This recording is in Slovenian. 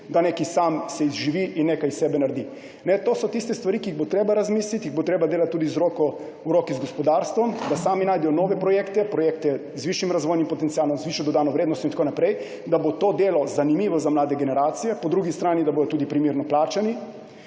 da se sam izživi in nekaj iz sebe naredi? To so tiste stvari, o katerih bo treba razmisliti. Treba jih bo delati tudi z roko v roki z gospodarstvom, da sami najdejo nove projekte, projekte z višjim razvojnim potencialom, z višjo dodano vrednostjo in tako naprej, da bo to delo zanimivo za mlade generacije. Po drugi strani pa morajo biti tudi primerno plačani.